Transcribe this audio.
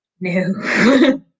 No